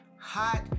Hot